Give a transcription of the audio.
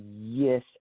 Yes